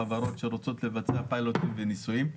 חברות שרוצות לבצע פיילוטים וניסויים.